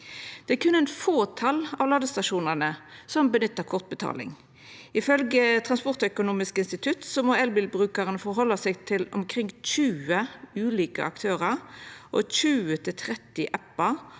Det er berre eit fåtal av ladestasjonane som nyttar kortbetaling. Ifølgje Transportøkonomisk institutt må elbilbrukaren forhalda seg til omkring 20 ulike aktørar, 20–30 appar